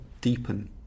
deepen